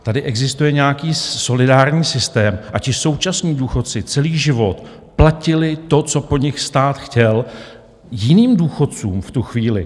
Tady existuje nějaký solidární systém, a ti současní důchodci celý život platili to, co po nich stát chtěl, jiným důchodcům v tu chvíli.